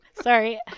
Sorry